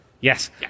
Yes